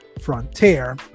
Frontier